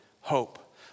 hope